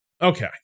okay